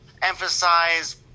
emphasize